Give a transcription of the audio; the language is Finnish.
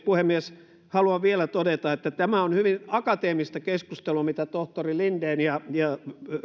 puhemies haluan vielä todeta että tämä on hyvin akateemista keskustelua mitä tohtori linden ja